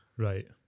Right